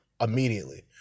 immediately